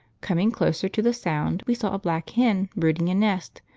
coming closer to the sound we saw a black hen brooding a nest,